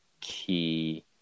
key